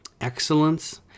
Excellence